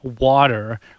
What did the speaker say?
water